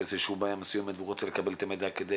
לאיזה שהיא בעיה מסוימת והוא רוצה לקבל את המידע כדי